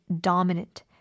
dominant